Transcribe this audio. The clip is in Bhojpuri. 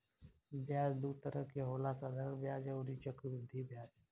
ब्याज दू तरह के होला साधारण ब्याज अउरी चक्रवृद्धि ब्याज